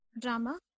drama